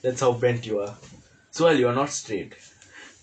that's how bent you are suhail you are not straight